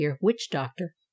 witch-doctor